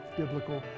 biblical